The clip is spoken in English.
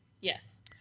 Yes